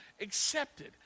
accepted